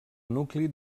nucli